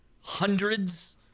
hundreds